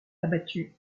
abattus